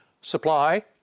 supply